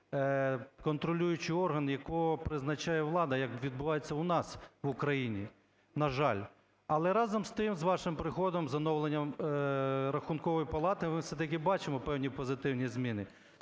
контролюючого органу, якого призначає влада, як відбувається у нас в Україні, на жаль. Але, разом з тим, з вашим приходом, з оновленням Рахункової палати, ми все-таки бачимо певні позитивні зміни.